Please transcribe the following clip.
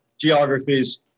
geographies